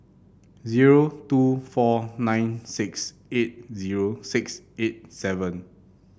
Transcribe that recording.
zero two four nine six eight zero six eight seven